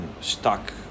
stuck